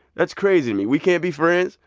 that's crazy to me. we can't be friends?